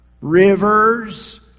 Rivers